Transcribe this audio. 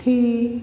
थी